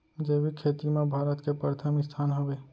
जैविक खेती मा भारत के परथम स्थान हवे